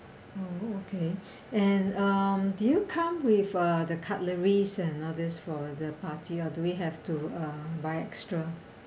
oh okay and um do you come with uh the cutleries and others for the party or do we have to uh buy extra